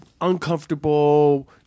uncomfortable